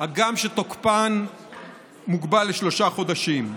הגם שתוקפן מוגבל לשלושה חודשים.